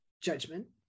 judgment